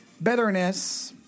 betterness